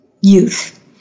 youth